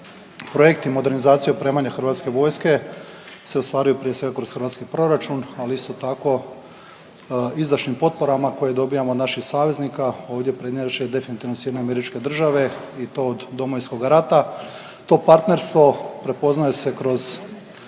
Projekti modernizacije i opremanja HV-a se ostvaruju prije svega kroz hrvatski proračun, ali isto tako izdašnim potporama koje dobijamo od naših saveznika, ovdje prednjače definitivno SAD i to od Domovinskoga rata. To partnerstvo prepoznaje se kroz